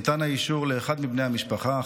ניתן האישור לאחד מבני המשפחה,